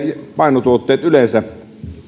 painotuotteista yleensä